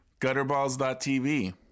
gutterballs.tv